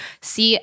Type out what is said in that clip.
see